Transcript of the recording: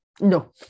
No